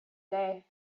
day